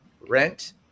rent